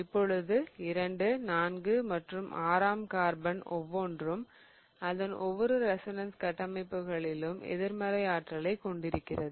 இப்பொழுது இரண்டு நான்கு மற்றும் ஆறாம் கார்பன் ஒவ்வொன்றும் அதன் ஒவ்வொரு ரெசோனன்ஸ் கட்டமைப்புகளிலும் எதிர்மறை ஆற்றலை கொண்டிருக்கிறது